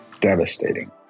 devastating